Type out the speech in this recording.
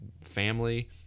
Family